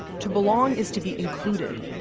to belong is to be included,